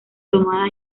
tomada